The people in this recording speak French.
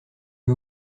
que